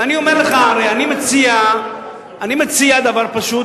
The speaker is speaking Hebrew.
ואני אומר לך, אני מציע דבר פשוט